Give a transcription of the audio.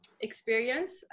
experience